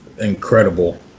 Incredible